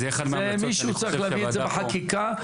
מישהו צריך להביא את זה בחקיקה,